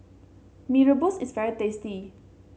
Mee Rebus is very tasty